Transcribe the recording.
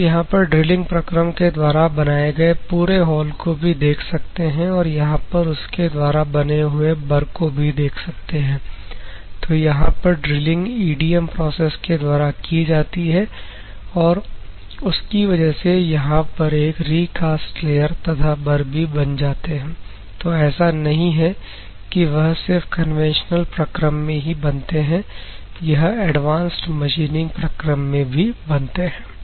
आप यहां पर ड्रिलिंग प्रक्रम के द्वारा बनाए गए पूरे हॉल को भी देख सकते हैं और यहां पर उसके द्वारा बने हुए बर को भी देख सकते हैं तो यहां पर ड्रिलिंग EDM प्रोसेस के द्वारा की जाती है और उसकी वजह से यहां पर एक रीकास्ट लेयर तथा बर भी बन जाते हैं तो ऐसा नहीं है कि वह सिर्फ कन्वेंशनल प्रक्रम में ही बनते हैं यह एडवांस्ड मशीनिंग प्रक्रम में भी बनते हैं